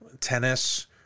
tennis